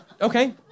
Okay